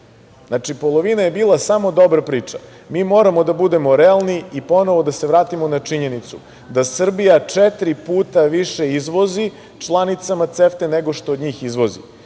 znači, polovina je bila samo dobra priča. Mi moramo da budemo realni i ponovo da se vratimo na činjenicu da Srbija četiri puta više izvozi članicama CEFTA nego što od njih izvozi.